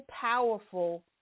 powerful